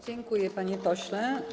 Dziękuję, panie pośle.